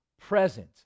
present